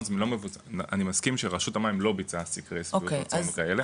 אני מסכים שרשות המים לא ביצעה סקרי שביעות רצון וכאלה.